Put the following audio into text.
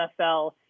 NFL